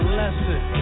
lesson